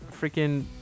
freaking